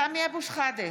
(קוראת בשמות חברי הכנסת) סמי אבו שחאדה,